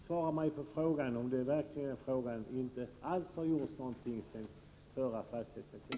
Svara mig på frågan om det verkligen inte har gjorts någonting sedan den förra fastighetstaxeringen.